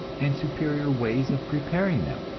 and superior ways of preparing them.